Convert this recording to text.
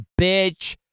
bitch